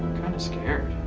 kind of scared.